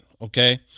okay